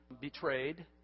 betrayed